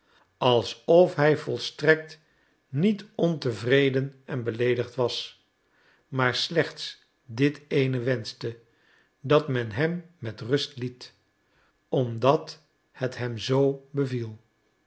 alsof hij volstrekt niet ontevreden en beleedigd was maar slechts dit eene wenschte dat men hem met rust liet omdat het hem z beviel